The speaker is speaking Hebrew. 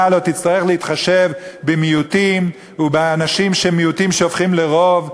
לא תצטרך להתחשב במיעוטים ובאנשים שהם מיעוטים שהופכים לרוב,